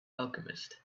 alchemist